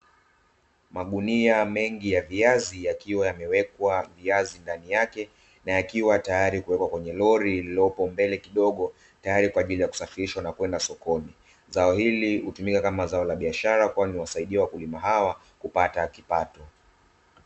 Magunia mengi ya viazi yakiwa yamewekwa viazi ndani yake na yakiwa tayari kuwekwa kwenye lori lililopo mbele kidogo tayari kwa ajili ya kusafirishwa na kwenda sokoni, zao hili hutumika kama zao la biashara kwani huwasaidia wakulima hawa kupata kipato.